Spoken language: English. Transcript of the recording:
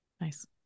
nice